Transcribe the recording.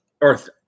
Earth